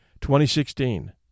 2016